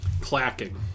Clacking